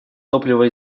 топлива